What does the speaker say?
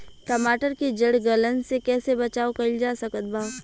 टमाटर के जड़ गलन से कैसे बचाव कइल जा सकत बा?